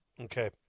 Okay